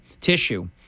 tissue